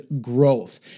growth